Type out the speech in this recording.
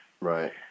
Right